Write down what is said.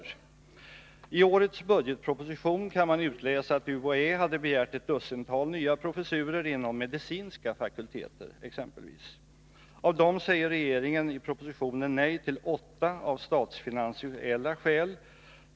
Nr 112 Av årets budgetproposition kan man utläsa att UHÄ hade begärt ett Onsdagen den dussintal nya professurer inom medicinska fakulteter. Regeringen säger i 27 mars 1982 propositionen nej till åtta av dem av statsfinansiella skäl.